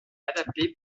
adaptée